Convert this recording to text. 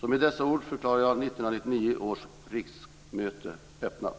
Med dessa ord förklarar jag 1999/2000 års riksmöte öppnat.